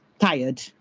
tired